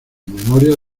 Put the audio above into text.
memorias